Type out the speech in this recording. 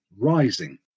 Rising